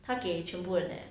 他给全部人 leh